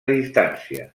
distància